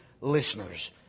listeners